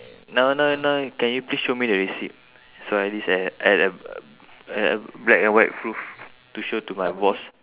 now now now can you please show me the receipt so at least I have I have uh I have black and white proof to show to my boss